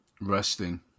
resting